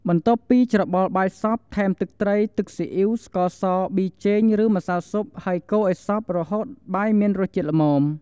បន្ទាប់ពីច្របល់បាយសព្វ ថែមទឹកត្រី ទឹកស៊ីអ៊ីវ ស្ករស ប៊ីចេង ឫ ម្សៅស៊ុប ហើយកូរឱ្យសព្វ រហូតដល់បាយមានរសជាតិល្មម។